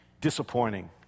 disappointing